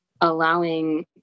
allowing